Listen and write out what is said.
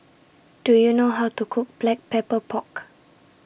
Do YOU know How to Cook Black Pepper Pork